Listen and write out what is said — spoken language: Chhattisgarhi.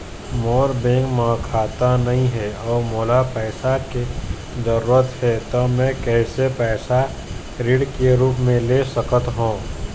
मोर बैंक म खाता नई हे अउ मोला पैसा के जरूरी हे त मे कैसे पैसा ऋण के रूप म ले सकत हो?